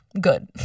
Good